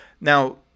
Now